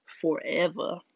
forever